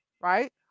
Right